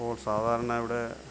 ഇപ്പോൾ സാധാരണ ഇവിടെ